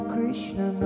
Krishna